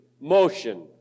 motion